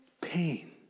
pain